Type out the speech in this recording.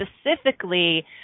specifically